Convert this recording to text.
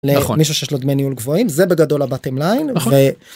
נכון זה שיש לו דמי ניהול גבוהים זה בגדול הבטים ליין